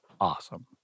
awesome